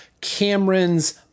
Cameron's